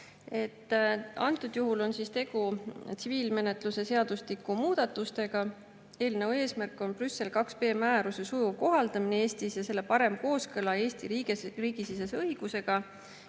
Antud juhul on tegu tsiviil[kohtu]menetluse seadustiku muudatustega. Eelnõu eesmärk on Brüssel IIb määruse sujuv kohaldamine Eestis ja selle parem kooskõla Eesti riigisisese õigusega,